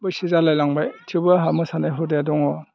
बैसो जालाय लांबाय थेवबो आंहा मोसानाय हुदाया दङ